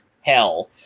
hell